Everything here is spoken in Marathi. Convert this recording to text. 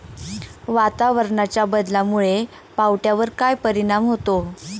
वातावरणाच्या बदलामुळे पावट्यावर काय परिणाम होतो?